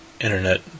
Internet